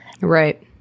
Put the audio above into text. Right